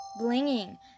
blinging